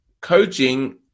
coaching